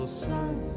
sun